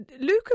Lucas